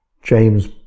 James